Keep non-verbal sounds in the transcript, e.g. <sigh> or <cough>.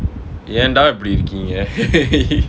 ஏன்டா இப்டி இருக்கீங்க:yaendaa ipdi irukkeengaipdi <laughs>